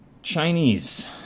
Chinese